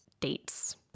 dates